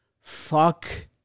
Fuck